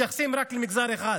מתייחסים רק למגזר אחד,